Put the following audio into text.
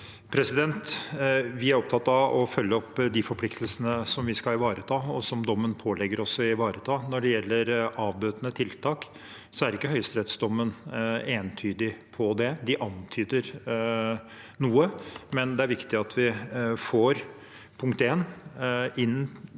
Vi er opptatt av å følge opp de forpliktelsene som vi skal ivareta, og som dommen pålegger oss å ivareta. Når det gjelder avbøtende tiltak, er ikke høyesterettsdommen entydig på det. De antyder noe, men det er viktig at vi får gjort tiltak